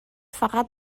فقط